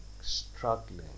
struggling